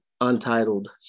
untitled